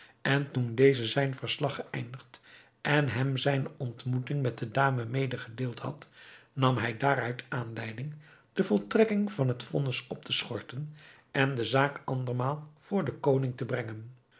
en toen deze zijn verslag geëindigd en hem zijne ontmoeting met de dame medegedeeld had nam hij daaruit aanleiding de voltrekking van het vonnis op te schorsen en de zaak andermaal voor den koning te brengen